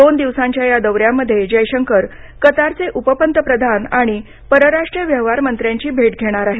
दोन दिवसांच्या ह्या दौऱ्यामध्ये जयशंकर कतारचे उपपंतप्रधान आणि परराष्ट्र व्यवहार मंत्र्यांची भेट घेणार आहेत